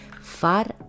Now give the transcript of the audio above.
Far